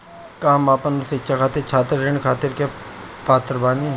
का हम अपन उच्च शिक्षा खातिर छात्र ऋण खातिर के पात्र बानी?